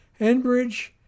Enbridge